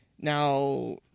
Now